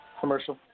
Commercial